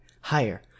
higher